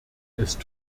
ist